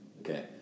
Okay